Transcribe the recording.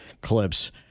clips